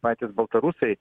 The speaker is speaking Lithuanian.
patys baltarusai